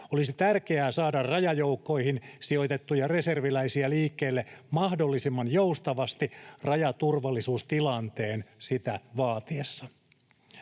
Olisi tärkeää saada rajajoukkoihin sijoitettuja reserviläisiä liikkeelle mahdollisimman joustavasti rajaturvallisuustilanteen sitä vaatiessa.